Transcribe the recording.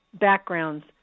backgrounds